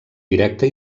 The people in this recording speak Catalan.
directe